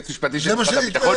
זה יועץ משפטי של משרד הביטחון,